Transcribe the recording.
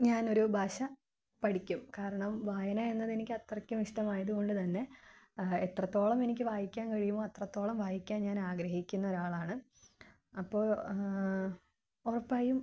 ഞാനൊരു ഭാഷ പഠിക്കും കാരണം വായന എന്നതെനിക്ക് അത്രയ്ക്കും ഇഷ്ടമായതുകൊണ്ട് തന്നെ എത്രത്തോളം എനിക്ക് വായിക്കാൻ കഴിയുമോ അത്രത്തോളം വായിക്കാൻ ഞാൻ ആഗ്രഹിക്കുന്ന ഒരാളാണ് അപ്പോള് ഉറപ്പായും